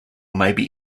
maybe